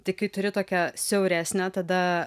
tai kai turi tokią siauresnę tada